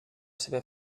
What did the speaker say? seua